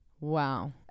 Wow